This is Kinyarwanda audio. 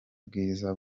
bwiza